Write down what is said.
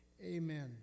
Amen